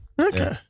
Okay